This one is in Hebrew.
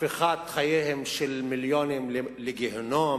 הפיכת חייהם של מיליונים לגיהינום,